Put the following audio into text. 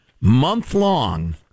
Month-long